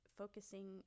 focusing